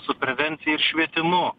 su prevencija ir švietimu